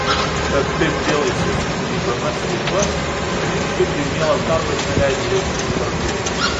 tad taip vėl įsisuku į įdomias veiklas juk širdžiai mielas darbas neleidžia jaustis vergu